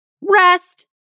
Rest